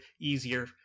easier